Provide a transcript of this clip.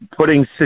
putting